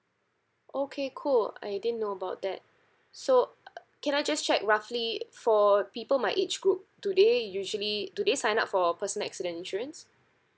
okay cool I didn't know about that so uh can I just check roughly for people my age group do they usually do they sign up for a personal accident insurance